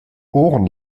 ohren